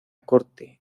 corte